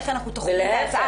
איך אנחנו תוחמים את ההצעה,